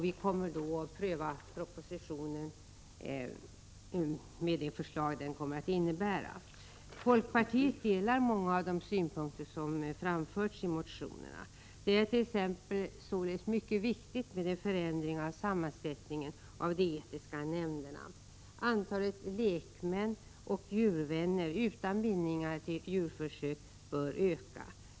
Vi kommer då att pröva propositionen. Folkpartiet delar många av de synpunkter som framförts i motionerna. Det ärt.ex. således mycket viktigt med en förändring av sammansättningen av de etiska nämnderna. Antalet lekmän och djurvänner utan bindningar till djurförsök bör öka.